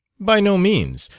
by no means.